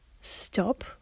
stop